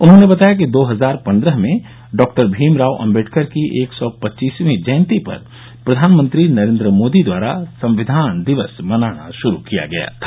उन्होंने बताया कि दो हजार पन्द्रह में डॉक्टर भीमराव अम्बेडकर की एक सौ पच्चीसवीं जयन्ती पर प्रधानमंत्री नरेन्द्र मोदी द्वारा संविधान दिवस मनाना शुरू किया गया था